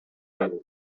айыл